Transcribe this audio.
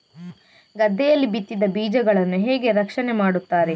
ಗದ್ದೆಯಲ್ಲಿ ಬಿತ್ತಿದ ಬೀಜಗಳನ್ನು ಹೇಗೆ ರಕ್ಷಣೆ ಮಾಡುತ್ತಾರೆ?